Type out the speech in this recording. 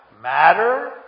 Matter